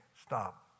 stop